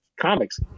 comics